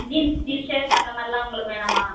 jeans T-shirt அந்தமாதிரிலாம் உங்களுக்கு வேணாமா